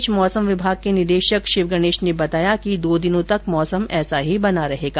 इस बीच मौसम विभाग के निदेशक शिव गणेश ने बताया कि दो दिनों तक मौसम ऐसा ही बना रहेगा